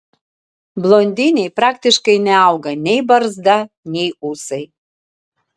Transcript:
blondinei praktiškai neauga nei barzda nei ūsai